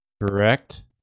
correct